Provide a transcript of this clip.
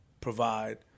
provide